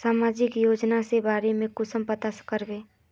सामाजिक योजना के बारे में कुंसम पता करबे?